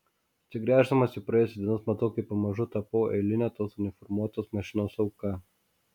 atsigręždamas į praėjusias dienas matau kaip pamažu tapau eiline tos uniformuotos mašinos auka